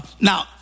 Now